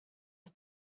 had